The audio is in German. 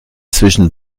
zwischen